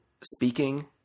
speaking